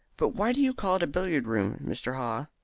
but why do you call it a billiard-room, mr. haw?